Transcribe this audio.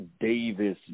Davis